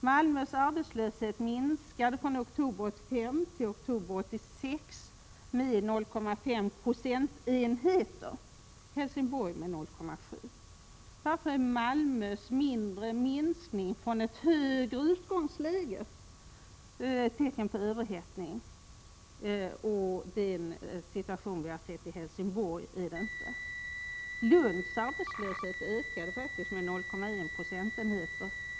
Malmös arbetslöshet minskade från oktober 1985 till oktober 1986 med 0,5 och Helsingborgs med 0,7 procentenheter. Varför är Malmös mindre minskning från ett högre utgångsläge tecken på överhettning men inte utvecklingen i Helsingborg? Lunds arbetslöshet ökade med 0,1 procentenheter.